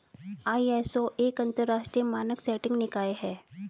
ISO एक अंतरराष्ट्रीय मानक सेटिंग निकाय है